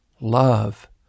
Love